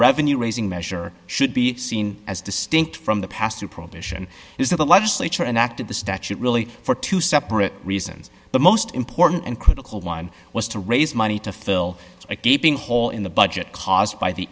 revenue raising measure should be seen as distinct from the past two prohibition is that the legislature enacted the statute really for two separate reasons the most important and critical one was to raise money to fill a gaping hole in the budget caused by the